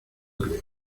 creo